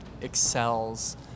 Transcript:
excels